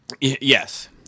Yes